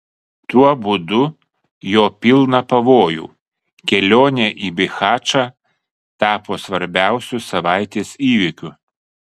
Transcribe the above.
tuo būdu jo pilna pavojų kelionė į bihačą tapo svarbiausiu savaitės įvykiu